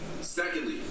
Secondly